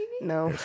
No